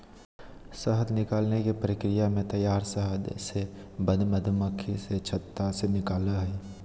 शहद निकालने के प्रक्रिया में तैयार शहद से बंद मधुमक्खी से छत्त से निकलैय हइ